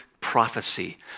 prophecy